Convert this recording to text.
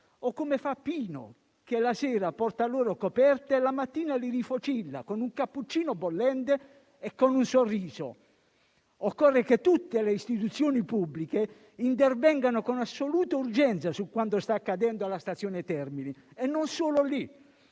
tetto, o Pino, che la sera porta loro coperte e la mattina li rifocilla con un cappuccino bollente e un sorriso. Occorre che tutte le istituzioni pubbliche intervengano con assoluta urgenza su quanto sta accadendo alla Stazione Termini e non sono lì,